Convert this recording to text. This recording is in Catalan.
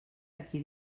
aquí